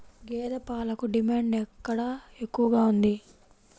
గేదె పాలకు డిమాండ్ ఎక్కడ ఎక్కువగా ఉంది?